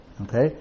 Okay